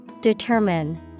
Determine